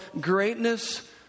greatness